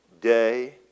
day